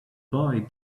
boy